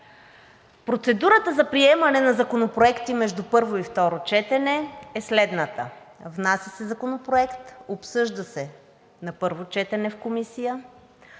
процедурата за приемане на законопроекти между първо и второ четене е следната: внася се законопроект, обсъжда се на първо четене в комисия,